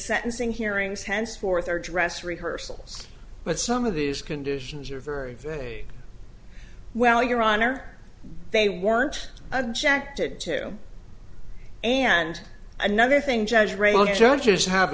sentencing hearings henceforth or dress rehearsals but some of these conditions are very very well your honor they weren't objected to and another thing